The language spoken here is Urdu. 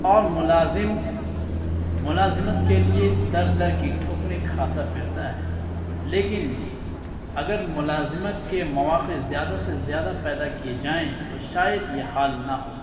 اور ملازم ملازمت کے لیے در در کی ٹھوکریں کھاتا پھرتا ہے لیکن اگر ملازمت کے مواقع زیادہ سے زیادہ پیدا کیے جائیں تو شاید یہ حال نہ ہو